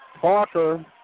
Parker